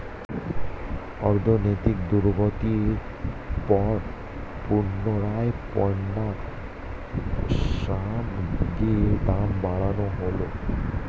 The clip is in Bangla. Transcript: অর্থনৈতিক দুর্গতির পর পুনরায় পণ্য সামগ্রীর দাম বাড়ানো হলো